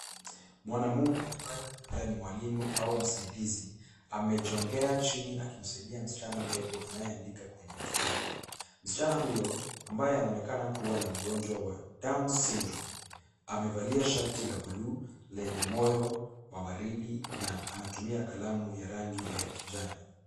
Mwanaume ambaye ni mwalimu au msaidizi amejongea chini akimsaidia msichana mdogo anayeandika kwenye daftari. Msichana huyo ambaye anaonekana kuwa na ugonjwa wa down syndrome amevalia shati la buluu lenye moyo wa waridi na anatumia kalamu ya rangi ya kijani.